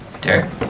Derek